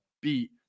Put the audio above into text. beat